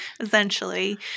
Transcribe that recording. essentially